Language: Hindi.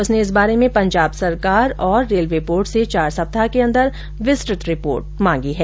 उसने इस बारे में पंजाब सरकार और रेलवे बोर्ड से चार सप्ताह के अंदर विस्तृत रिपोर्ट मांगी है